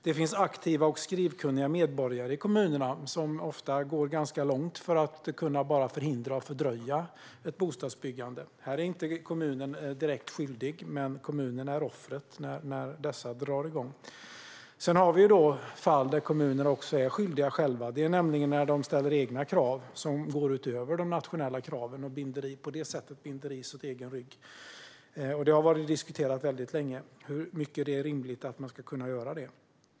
Det finns aktiva och skrivkunniga medborgare i kommunerna som ofta går ganska långt för att kunna förhindra och fördröja ett bostadsbyggande. Här är inte kommunen direkt skyldig, utan kommunen är offret när dessa drar igång. Sedan har vi fall där kommuner också är skyldiga själva. Det är när de ställer egna krav som går utöver de nationella kraven och på det sättet binder ris åt egen rygg. Det har diskuterats länge hur rimligt det är att man ska kunna göra det.